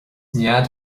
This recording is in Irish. nead